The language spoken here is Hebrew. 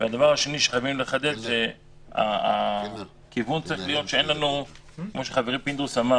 והדבר השני שחייבים לחדד הוא שכפי שאמר חברי פינדרוס,